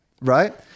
Right